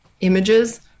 images